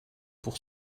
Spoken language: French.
pour